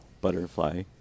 butterfly